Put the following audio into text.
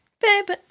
Baby